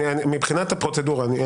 מבחינת הפרוצדורה.